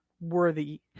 worthy